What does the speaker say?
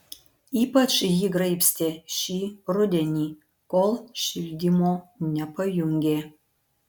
ypač jį graibstė šį rudenį kol šildymo nepajungė